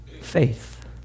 faith